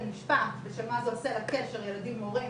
משפט ושל מה זה עושה לקשר ילדים-הורים,